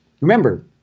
Remember